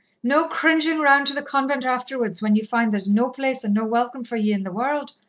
no cringing round to the convent afterwards, when ye find there's no place and no welcome for ye in the world,